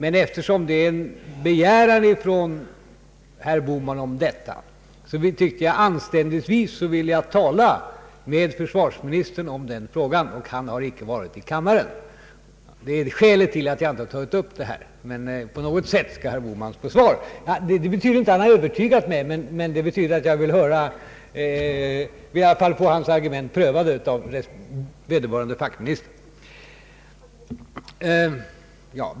Emellertid har herr Bohman framställt en begäran, och anständigtvis vill jag tala med försvarsministern i frågan, men han har icke varit i kammaren, och det är skälet till att jag inte tagit upp saken. Men på något sätt skall herr Bohman få svar. Detta betyder inte att herr Bohman har övertygat mig, men det betyder att jag vill få hans argument prövade av vederbörande fackminister.